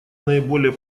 наиболее